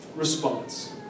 Response